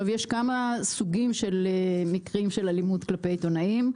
יש כמה סוגים ומקרים של אלימות כלפי עיתונאים.